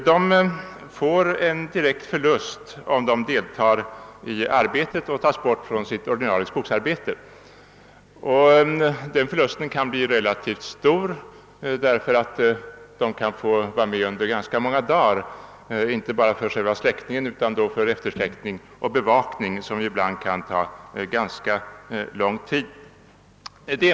Om de måste lämna sitt ordinarie arbete för att delta i brandsläckning åsamkas de en ren förlust, som kan bli relativt stor, eftersom de i flera dagar kan få syssla med inte bara själva släckningen utan även eftersläckning och bevakning som ibland kan ta ganska lång tid.